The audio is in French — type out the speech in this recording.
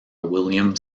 william